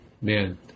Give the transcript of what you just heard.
man